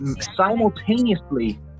simultaneously